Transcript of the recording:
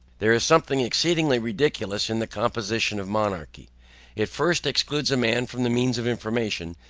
there is something exceedingly ridiculous in the composition of monarchy it first excludes a man from the means of information,